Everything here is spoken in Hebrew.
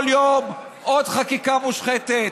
כל יום עוד חקיקה מושחתת,